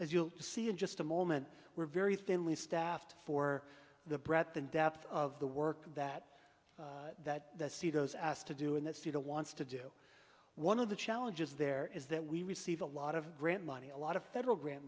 as you'll see in just a moment we're very thinly staffed for the breadth and depth of the work that that the see those asked to do in the studio wants to do one of the challenges there is that we receive a lot of grant money a lot of federal grant